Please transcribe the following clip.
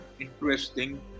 interesting